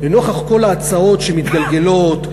לנוכח כל ההצעות שמתגלגלות,